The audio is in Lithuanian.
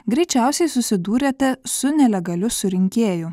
greičiausiai susidūrėte su nelegaliu surinkėju